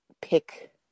pick